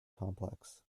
complex